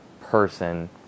person